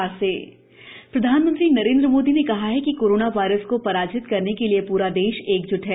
प्रधानमंत्री अपील प्रधानमंत्री नरेन्द्र मोदी ने कहा है कि कोरोना वायरस को पराजित करने के लिए पूरा देश एकज्ट है